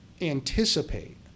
anticipate